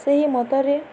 ସେହି ମତରେ